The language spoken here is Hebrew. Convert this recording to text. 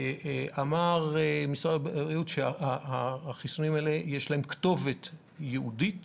אמר נציג משרד הבריאות שלחיסונים האלה יש כתובת ייעודית